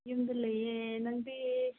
ꯌꯨꯝꯗ ꯂꯩꯌꯦ ꯅꯪꯗꯤ